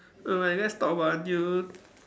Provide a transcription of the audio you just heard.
alright let's talk about new